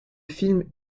film